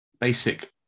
basic